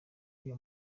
uriya